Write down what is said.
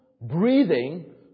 breathing